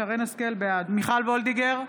בעד מיכל וולדיגר,